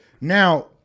Now